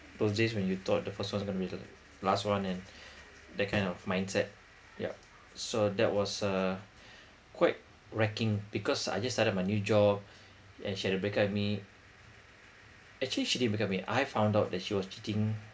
those days you thought the first one was gonna be the last one and that kind of mindset yeah so that was a quite wrecking because I just started my new job and she had to breakup with me actually she didn't break up with me I found out that she was cheating